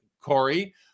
Corey